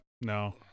No